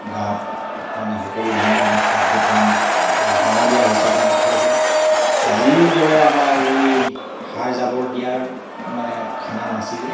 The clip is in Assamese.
গাঁৱত মানে সকলো ধৰণৰ আমি খাদ্য প্ৰাণ গাঁৱলীয়া হিচাপে আমি খাইছিলোঁ আজিৰ দৰে আমাৰ এই সাৰ জাবৰ দিয়াৰ মানে খানা নাছিলে